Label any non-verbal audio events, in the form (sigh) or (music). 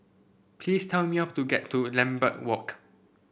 please tell me (unintelligible) to get to Lambeth Walk